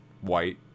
white